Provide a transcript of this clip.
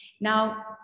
Now